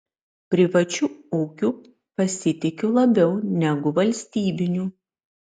privačiu ūkiu pasitikiu labiau negu valstybiniu